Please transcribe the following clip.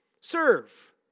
serve